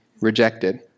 rejected